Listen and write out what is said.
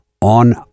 on